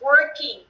working